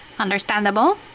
Understandable